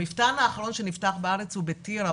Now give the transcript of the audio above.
המפתן האחרון שנפתח בארץ הוא בטירה,